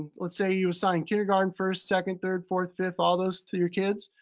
let's say you assigned kindergarten, first, second, third, fourth, fifth, all those to your kids.